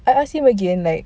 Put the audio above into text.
I ask him again like